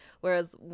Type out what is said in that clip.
whereas